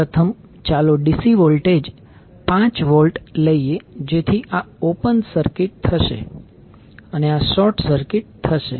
પ્રથમ ચાલો DC voltage 5V લઈએ જેથી આ ઓપન સર્કિટ થશે અને આ શોર્ટ સર્કિટ થશે